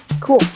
Cool